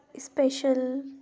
special